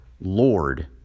Lord